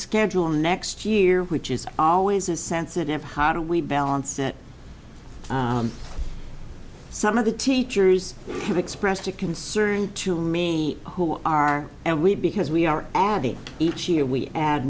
schedule next year which is always a sensitive how do we balance that some of the teachers have expressed a concern to me who are we because we are adding each year we add